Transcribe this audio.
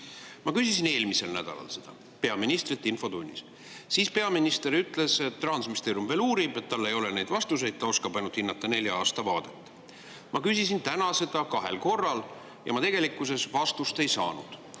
Ma küsisin eelmisel nädalal seda peaministrilt infotunnis ja peaminister ütles, et Rahandusministeerium veel uurib, et tal ei ole neid vastuseid, ta oskab ainult hinnata nelja aasta vaadet. Ma küsisin täna seda kahel korral ja ma tegelikkuses vastust ei saanud.